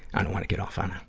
i don't wanna get off on,